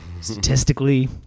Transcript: statistically